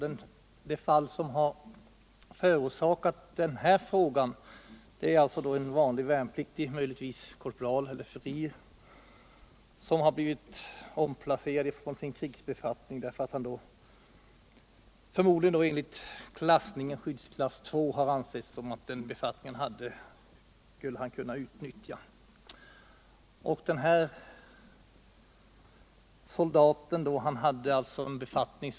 | Det fall som förorsakat min fråga gäller en vanlig värnpliktig, kanske korpral eller furir, som har fråntagits sin krigsbefattning därför att man, förmodligen efter klassning i skyddsklass 2, har ansett att han skulle kunna utnyttja denna befattning felaktigt.